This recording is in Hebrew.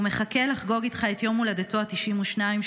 הוא מחכה לחגוג איתך את יום הולדתו ה-92,